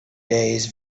days